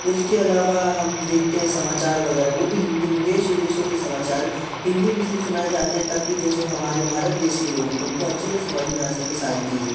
उसके अलावा हम देखते हैं समाचार वग़ैरह वह भी हिंदी में देश विदेशों के समाचार हिंदी में इसलिए सुनाए जाते हैं ताकि जैसे वह हमारे भारत देश के लोग हैं उनको अच्छे से समझ में आ सके सारी चीज़े